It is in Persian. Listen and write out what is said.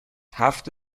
هفت